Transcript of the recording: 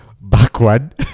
backward